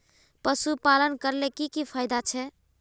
पशुपालन करले की की फायदा छे?